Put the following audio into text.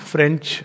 French